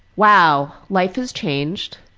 wow, life has changed,